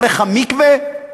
דרך המקווה,